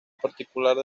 particular